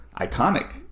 iconic